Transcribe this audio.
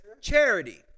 charity